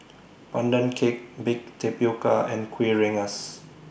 Pandan Cake Baked Tapioca and Kuih Rengas